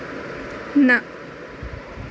نہَ